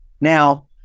Now